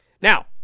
Now